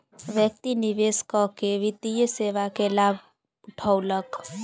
व्यक्ति निवेश कअ के वित्तीय सेवा के लाभ उठौलक